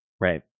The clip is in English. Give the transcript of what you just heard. Right